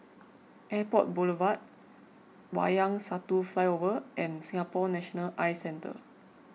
Airport Boulevard Wayang Satu Flyover and Singapore National Eye Centre